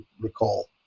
recall